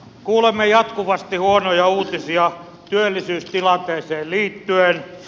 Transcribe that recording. kuulemme jatkuvasti huonoja uutisia työllisyystilanteeseen liittyen